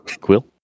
Quill